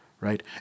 right